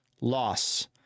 loss